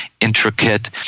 intricate –